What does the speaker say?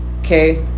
okay